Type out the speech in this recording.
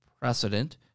precedent